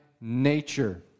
nature